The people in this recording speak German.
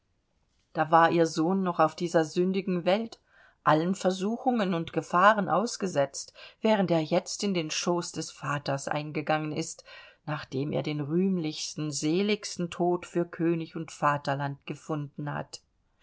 da war ihr sohn noch auf dieser sündigen welt allen versuchungen und gefahren ausgesetzt während er jetzt in den schoß des vaters eingegangen ist nachdem er den rühmlichsten seligsten tod für könig und vaterland gefunden hat